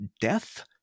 death